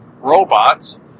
robots